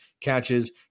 catches